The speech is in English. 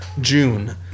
june